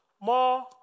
more